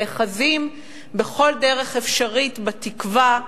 נאחזים בכל דרך אפשרית בתקווה,